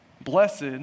Blessed